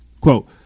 Quote